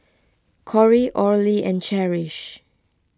Corry Orley and Cherish